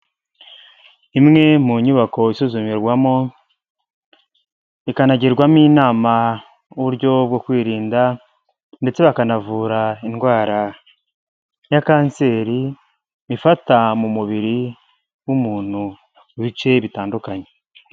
Imwe mu nyubako isuzumirwamo, ikanagirwamo inama n'uburyo bwo kwirinda ndetse bakanavura indwara ya kanseri ifata mu mubiri w'umuntu mu bice bitandukanye.